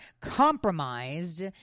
compromised